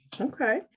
Okay